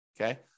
Okay